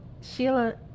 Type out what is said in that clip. Sheila